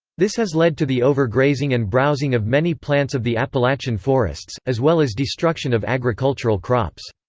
this has led to the overgrazing and browsing of many plants of the appalachian forests, as well as destruction of agricultural crops.